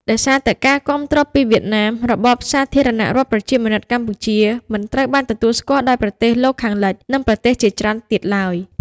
ដោយសារតែការគាំទ្រពីវៀតណាម របបសាធារណរដ្ឋប្រជាមានិតកម្ពុជាមិនត្រូវបានទទួលស្គាល់ដោយប្រទេសលោកខាងលិច និងប្រទេសជាច្រើនទៀតឡើយ។